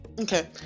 Okay